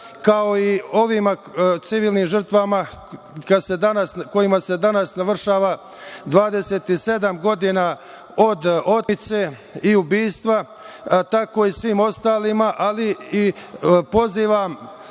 kao i ovim civilnim žrtvama kojima se danas navršava 27 godina od otmice i ubistva, a tako i svim ostalim. Pozivam,